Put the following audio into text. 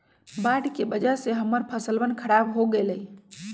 बाढ़ के वजह से हम्मर फसलवन खराब हो गई लय